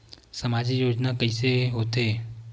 सामाजिक योजना के कइसे होथे?